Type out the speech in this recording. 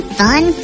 fun